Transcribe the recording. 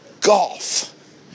Golf